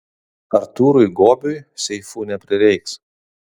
artūrui gobiui seifų neprireiks